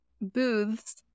booths